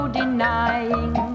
denying